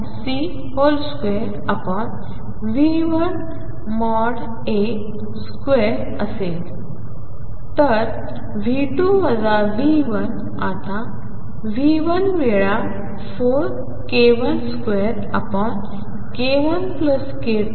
असेल तर v2 वजा v1 आता v1 वेळा 4k12 k1k22